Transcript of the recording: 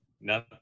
No